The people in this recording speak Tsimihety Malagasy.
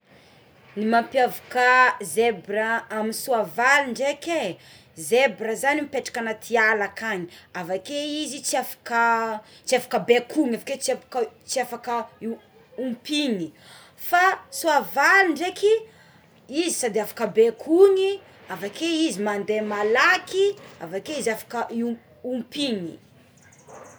Ny mampiavaka ny zebra amin'ny soavaly ndreky e zebra zany mipetraka anaty ala akagny avakeo izy tsy afaka tsy afaka bekona keo tsy afaka tsy afaka ompiany fa soavaly ndraiky izy sady afaka bekony avakeo izy mande malaky avakeo izy afaka io- ompiany.